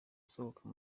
asohoka